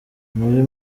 muri